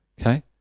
Okay